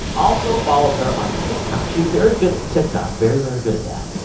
also, follow her on tiktok. she's very good with the tiktok very, very good at that